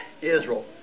Israel